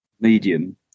medium